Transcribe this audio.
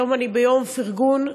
היום אני ביום פרגון,